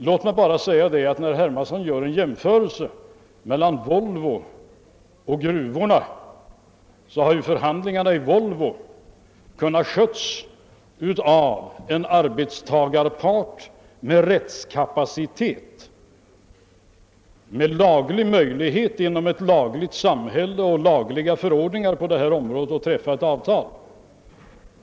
Låt mig bara säga att när herr Hermansson gör en jämförelse mellan Volvo och gruvorna är att märka, att förhandlingarna i Volvo kunnat skötas av en arbetarpart med rättskapacitet, med laglig möjlighet inom ett lagligt samhälle och lagliga förordningar på detta områ de att träffa avtal.